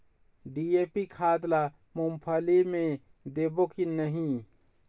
DAP खाद ला मुंगफली मे देबो की नहीं?